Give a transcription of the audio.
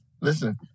Listen